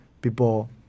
people